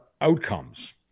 outcomes